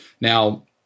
Now